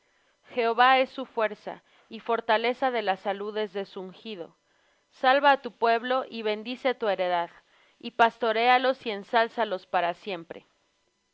jehová es su fuerza y la fortaleza de las saludes de su ungido salva á tu pueblo y bendice á tu heredad y pastoréalos y ensálzalos para siempre